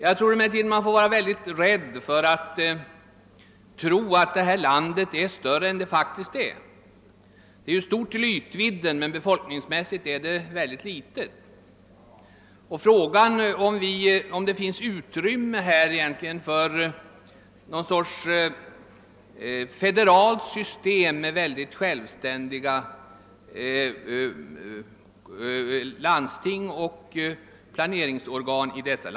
Man bör emellertid akta sig för atttro att detta land är större än det faktiskt är; det är stort till ytvidden men befolkningsmässigt mycket litet. Frågan är därför om det finns utrymme för någon sorts federalt system med självständiga landsting och planeringsorgan inom dessa.